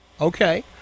Okay